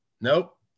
Nope